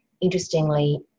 Interestingly